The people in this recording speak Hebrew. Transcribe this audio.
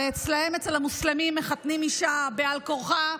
הרי אצלם, אצל המוסלמים, מחתנים אישה בעל כורחה.